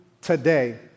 today